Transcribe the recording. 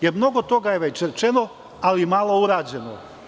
Jer, mnogo toga je već rečeno, ali je malo urađeno.